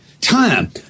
Time